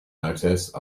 notice